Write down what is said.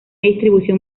distribución